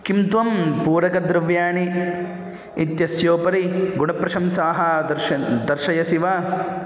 किं त्वं पूरकद्रव्याणि इत्यस्योपरि गुणप्रशंसाः दर्शन् दर्शयसि वा